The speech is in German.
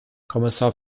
kommissar